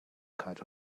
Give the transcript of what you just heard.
cat